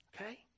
okay